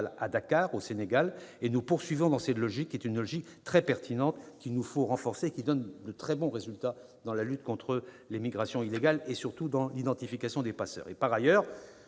à Dakar, au Sénégal. Et nous poursuivons dans cette logique, qu'il nous faut renforcer : c'est une logique très pertinente, qui donne de très bons résultats dans la lutte contre les migrations illégales et surtout dans l'identification des passeurs. Par ailleurs,